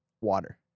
water